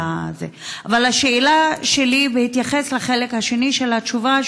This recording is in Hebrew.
אבל השאלה שלי היא בהתייחס לחלק השני של התשובה,